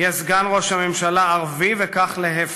יהיה סגן ראש הממשלה ערבי, וכך להפך.